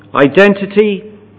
Identity